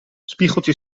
spiegeltje